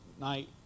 night